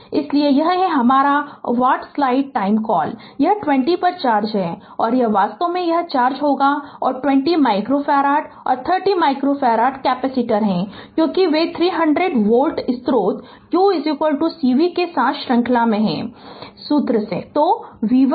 इसलिए यह है हमारा व्हाटस्लाइड टाइम कॉल यह 20 पर चार्ज है और यह वास्तव में यह चार्ज होगा और 20 माइक्रोफ़ारड और 30 माइक्रोफ़ारड कैपेसिटर है क्योंकि वे 300 वोल्ट स्रोत q cv के साथ श्रृंखला में हैं सूत्र से